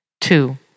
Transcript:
Two